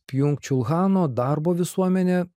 apjungčiau hano darbo visuomenę